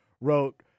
wrote